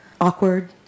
awkward